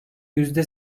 yüzde